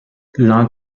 l’un